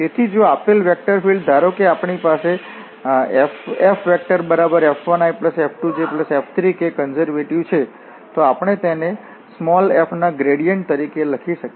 તેથી જો આપેલ વેક્ટર ફીલ્ડ ધારો કે અમારી પાસે FF1iF2jF3k કન્ઝર્વેટિવ છે તો આપણે તેને f ના ગ્રેડીયન્ટ તરીકે લખી શકીએ